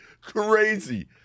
crazy